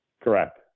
Correct